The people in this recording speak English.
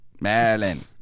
Marilyn